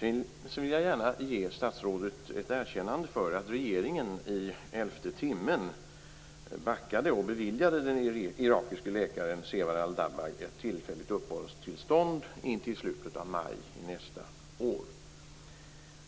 Sedan vill jag gärna ge statsrådet ett erkännande för att regeringen i elfte timmen backade och beviljade den irakiske läkaren Zewar Al-Dabbagh ett tillfälligt uppehållstillstånd intill slutet av maj i nästa år.